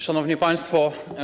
Szanowni Państwo!